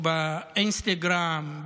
באינסטגרם,